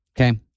Okay